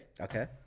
okay